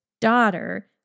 daughter